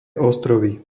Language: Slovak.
ostrovy